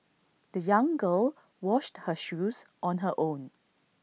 the young girl washed her shoes on her own